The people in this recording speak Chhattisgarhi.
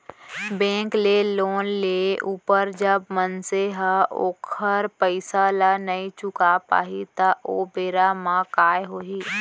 बेंक ले लोन लेय ऊपर जब मनसे ह ओखर पइसा ल नइ चुका पाही त ओ बेरा म काय होही